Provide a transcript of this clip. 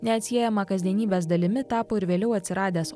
neatsiejama kasdienybės dalimi tapo ir vėliau atsiradęs